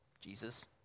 Jesus